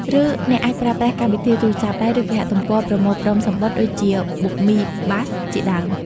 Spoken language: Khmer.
ឬអ្នកអាចប្រើប្រាស់ កម្មវិធីទូរស័ព្ទដៃ ឬគេហទំព័រប្រមូលផ្តុំសំបុត្រ ដូចជាប៊ុកមីបាស៍ ជាដើម។